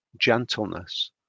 gentleness